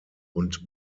und